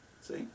see